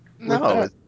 No